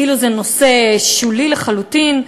כאילו זה נושא שולי לחלוטין.